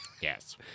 Yes